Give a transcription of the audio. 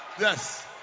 yes